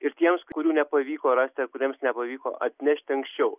ir tiems kurių nepavyko rast ar kuriems nepavyko atnešti anksčiau